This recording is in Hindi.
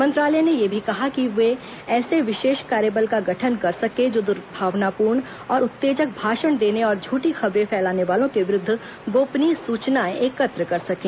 मंत्रालय ने यह भी कहा कि वह ऐसे विशेष कार्यबल का गठन कर सके जो दुर्भावनापूर्ण और उत्तेजक भाषण देने और झूठी खबरें फैलाने वालों के विरूद्व गोपनीय सूचनाएं एकत्र कर सकें